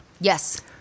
Yes